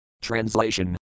Translation